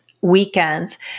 weekends